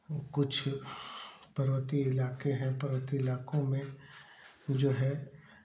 कुछ पर्वतीय इलाके है पर्वतीय इलाको में जो है